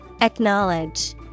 Acknowledge